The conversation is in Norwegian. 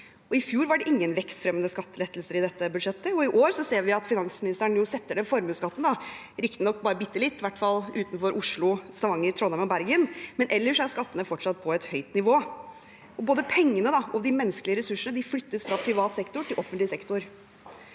I fjor var det ingen vekstfremmende skattelettelser i dette budsjettet. I år ser vi at finansministeren setter ned formuesskatten, men riktignok bare bittelitt, i hvert fall utenfor Oslo, Stavanger, Trondheim og Bergen, men ellers er skattene fortsatt på et høyt nivå. Både penger og menneskelige ressurser flyttes fra privat til offentlig sektor.